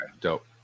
Dope